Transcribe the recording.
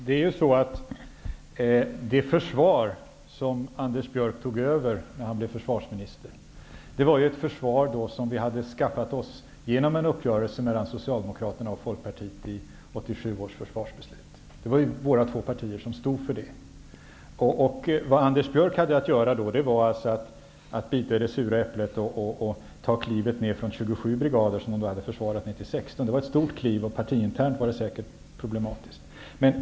Herr talman! Det försvar som Anders Björck tog över när han blev försvarsminister var ett försvar som vi hade skaffat oss genom en uppgörelse mellan Socialdemokraterna och Folkpartiet i 1987 års försvarsbeslut. Det var de båda partierna som stod för det. Vad Anders Björck hade att göra var att bita i det sura äpplet och ta klivet ned från 27 brigader, som vi då hade i försvaret, till 16. Det var ett stort kliv. Partiinternt var det säkert problematiskt.